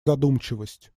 задумчивость